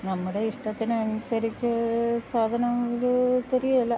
നമ്മടെ ഇഷ്ടത്തിനൻസരിച്ച് സാധനം അവര് തര്യേല